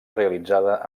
realitzada